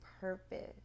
purpose